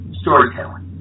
storytelling